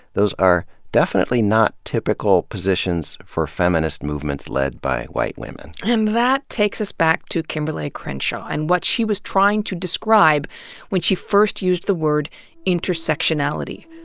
those are definitely not typical positions for fem inist movements led by white women. and that takes us back to kimberle like crenshaw and what she was trying to describe describe when she first used the word intersectionality.